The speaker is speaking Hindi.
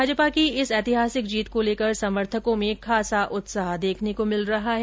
भाजपा की इस ऐतिहासिक जीत को लेकर समर्थकों में खासा उत्साह देखने को मिल रहा है